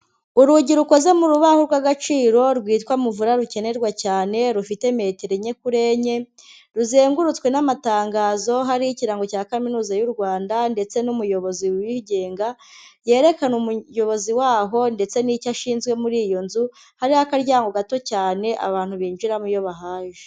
Urugi rukoze mu rubaho rw'agaciro rwitwa muvura rukenerwa cyane, rufite metero enye kuri enye, ruzengurutswe n'amatangazo, hariho ikirango cya kaminuza y'u Rwanda, ndetse n'umuyobozi uyigenga, yerekana umuyobozi waho ndetse n'icyo ashinzwe, muri iyo nzu hariho akaryango gato cyane abantu binjiramo iyo bahaje.